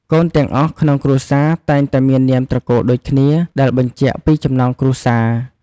កូនទាំងអស់ក្នុងគ្រួសារតែងតែមាននាមត្រកូលដូចគ្នា ដែលបញ្ជាក់ពីចំណងគ្រួសារ។